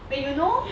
when you know